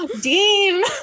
Dean